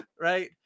Right